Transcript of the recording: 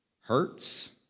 hurts